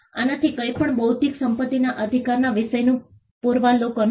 આનાથી કંઈપણ બૌદ્ધિક સંપત્તિના અધિકારના વિષયના પૂર્વાવલોકન નથી